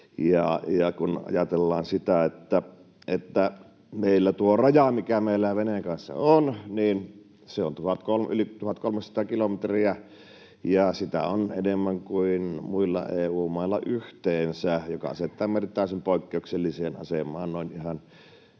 Kun ajatellaan sitä, että meillä tuota rajaa, mikä meillä on Venäjän kanssa, on yli 1 300 kilometriä ja sitä on enemmän kuin muilla EU-mailla yhteensä, niin se asettaa meidät täysin poikkeukselliseen asemaan koko